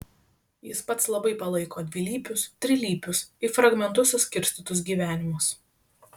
jis pats labai palaiko dvilypius trilypius į fragmentus suskirstytus gyvenimus